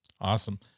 Awesome